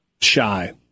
shy